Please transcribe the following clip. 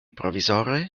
provizore